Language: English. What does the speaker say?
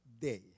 day